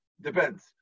depends